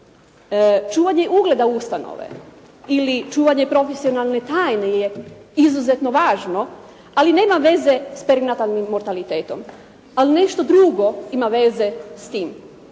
Čuvanje ugleda ustanove ili čuvanje profesionalne tajne je izuzetno važno, ali nema veze sa perinatalnim mortalitetom. Ali nešto drugo ima veze s tim,